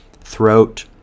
throat